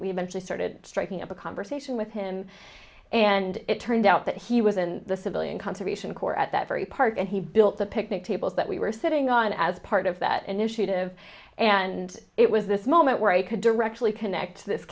eventually started striking up a conversation with him and it turned out that he was in the civilian conservation corps at that very park and he built the picnic tables that we were sitting on as part of that initiative and it was this moment where i could directly connect